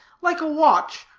like a watch,